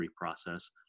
process